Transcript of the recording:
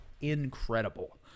incredible